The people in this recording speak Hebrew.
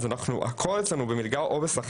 אז כל הקבוצות האלו פועלות על מלגה או בשכר.